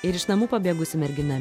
ir iš namų pabėgusi mergina